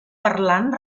parlant